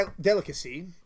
delicacy